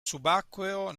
subacqueo